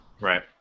Right